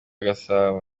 gasabo